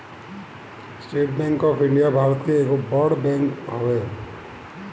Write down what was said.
estate bank of India Bharat के एगो बड़ बैंक हवे